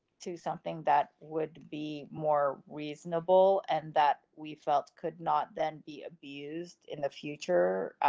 to something that would be more reasonable, and that we felt could not then be abused in the future.